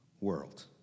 world